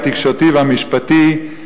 התקשורתי והמשפטי,